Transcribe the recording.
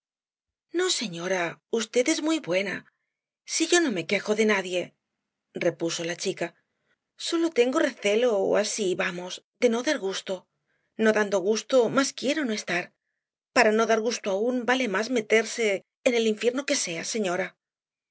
no señora v es muy buena si yo no me quejo de nadie repuso la chica sólo tengo recelo así vamos de no dar gusto no dando gusto más quiero no estar para no dar gusto aún vale más meterse en el infierno que sea señora